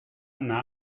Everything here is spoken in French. n’a